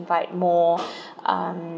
invite more um